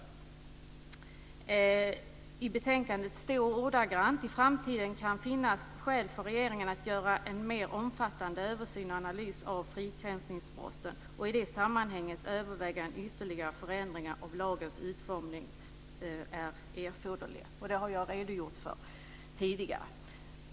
I betänkandet står det ordagrant: "i framtiden kan finnas skäl för regeringen att göra en mera omfattande översyn och analys av fridskränkningsbrotten och i det sammanhanget överväga om ytterligare förändringar av lagens utformning är erforderliga." Det har jag redogjort för tidigare.